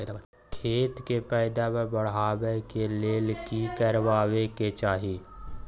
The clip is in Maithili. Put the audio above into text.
खेत के पैदावार बढाबै के लेल की करबा के चाही?